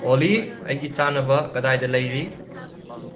ꯑꯣꯂꯤ ꯑꯩꯒꯤ ꯆꯥꯅꯕ ꯀꯗꯥꯏꯗ ꯂꯩꯔꯤ